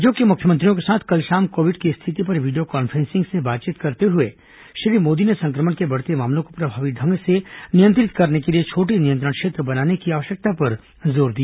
राज्यों के मुख्यमंत्रियों के साथ कल शाम कोविड की स्थिति पर वीडियो कॉन्फ्रेंसिंग से बातचीत करते हुए श्री मोदी ने संक्रमण के बढ़ते मामलों को प्रभावी ढंग से नियंत्रित करने के लिए छोटे नियंत्रण क्षेत्र बनाने की आवश्यकता पर जोर दिया